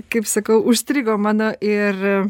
kaip sakau užstrigo mano ir